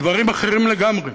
דברים אחרים לגמרי.